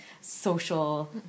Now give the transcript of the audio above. social